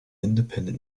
independent